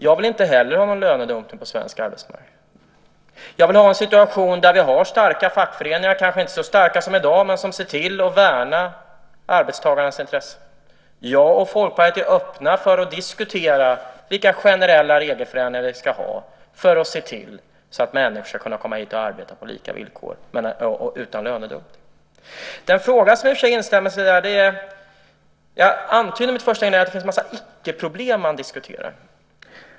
Jag vill inte heller ha någon lönedumpning på svensk arbetsmarknad. Jag vill ha en situation där vi har starka fackföreningar, kanske inte så starka som i dag men som ser till att värna arbetstagarnas intressen. Jag och Folkpartiet är öppna för att diskutera vilka generella regelförändringar vi ska ha för att se till att människor ska kunna komma hit och arbeta på lika villkor utan lönedumpning. Då är det i och för sig en fråga som man ställer sig. Jag antydde i mitt första inlägg att det är en massa icke-problem som man diskuterar.